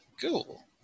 cool